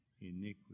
iniquity